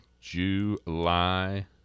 July